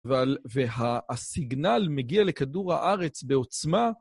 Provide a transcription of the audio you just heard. ועל...והסיגנל מגיע לכדור הארץ בעוצמה.